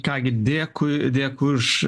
ką gi dėkui dėkui už